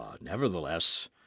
Nevertheless